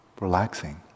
relaxing